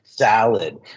salad